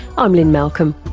i'm lynne malcolm.